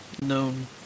known